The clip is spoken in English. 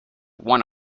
one